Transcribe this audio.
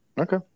Okay